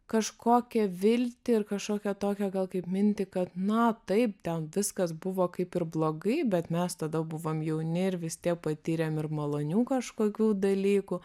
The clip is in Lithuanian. kažkokią viltį ir kažkokią tokią gal kaip mintį kad na taip ten viskas buvo kaip ir blogai bet mes tada buvom jauni ir vis tiek patyrėm ir malonių kažkokių dalykų